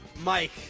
Mike